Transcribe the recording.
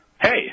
Hey